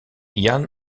jan